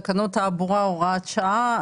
טיוטת תקנות התעבורה (הוראת שעה),